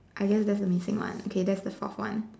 I guess that's the missing one K that's the forth one